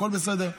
הכול בסדר.